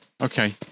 Okay